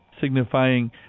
signifying